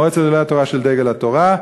מועצת גדולי התורה של דגל התורה,